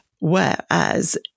whereas